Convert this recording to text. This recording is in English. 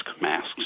masks